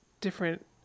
different